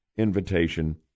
Invitation